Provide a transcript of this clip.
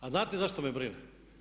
A znate zašto me brine?